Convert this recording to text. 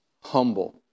humble